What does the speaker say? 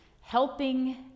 helping